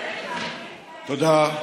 תודה.